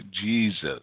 Jesus